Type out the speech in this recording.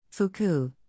Fuku